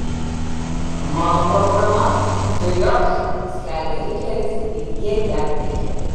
mano programa tai aš skelbia hitleris ir jie jam tiki